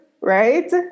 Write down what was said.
right